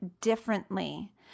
differently